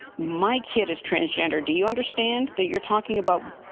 my kid is transgender. do you understand that you're talking about